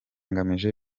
ngamije